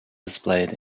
displayed